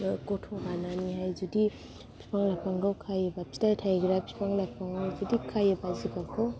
गथ' बानानैहाय जुदि बिफां लाइफांखौ खायोबा फिथाइ थायग्रा बिफां लाइफां जुदि खायोबा जिगाबखौ